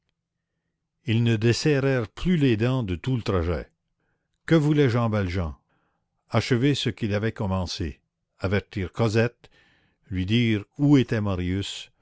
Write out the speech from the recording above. ils ne desserrèrent plus les dents de tout le trajet que voulait jean valjean achever ce qu'il avait commencé avertir cosette lui dire où était marius